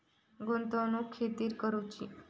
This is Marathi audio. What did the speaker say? गुंतवणुक खेतुर करूची?